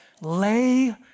lay